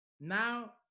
Now